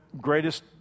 greatest